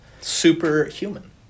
Superhuman